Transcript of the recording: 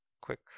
quick